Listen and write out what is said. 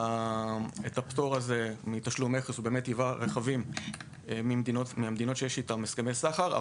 הפטור הזה מתשלום מכס באמת מייבא רכבים ממדינות שיש איתן הסכמי סחר.